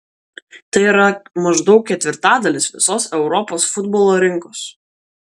tai yra maždaug ketvirtadalis visos europos futbolo rinkos